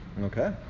Okay